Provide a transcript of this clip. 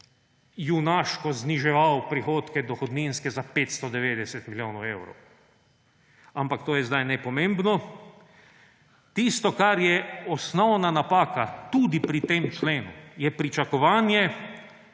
junaško zniževal dohodninske prihodke za 590 milijonov evrov. Ampak to je zdaj nepomembno. Tisto, kar je osnovna napaka tudi pri tem členu, je pričakovanje,